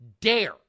dare